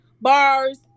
bars